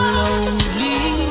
lonely